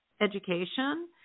education